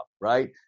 right